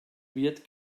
wird